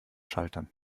schaltern